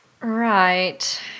Right